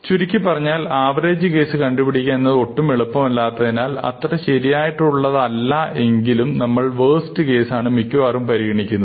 ചുരുക്കിപ്പറഞ്ഞാൽ average case കണ്ടുപിടിക്കുക എന്നത് ഒട്ടും എളുപ്പമല്ലാത്തതിനാൽ അത്ര ശരിയായിട്ടുള്ളത് അല്ല എങ്കിലും നമ്മൾ വേസ്റ്റ് കേസ് ആണ് മിക്കവാറും പരിഗണിക്കുന്നത്